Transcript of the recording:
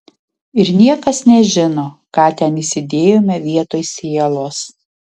ir niekas nežino ką ten įsidėjome vietoj sielos